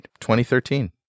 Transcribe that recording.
2013